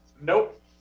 Nope